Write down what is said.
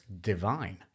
divine